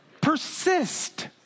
Persist